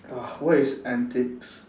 ugh what is antics